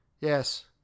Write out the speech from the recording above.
Yes